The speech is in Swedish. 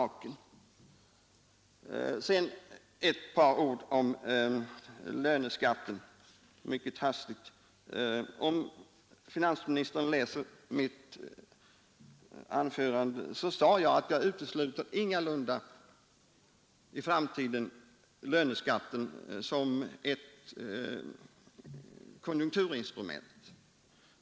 Till sist bara ett par ord om löneskatten. I mitt förra anförande sade jag att jag för framtiden ingalunda utesluter löneskatten som konjunkturinstrument.